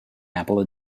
apple